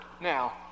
Now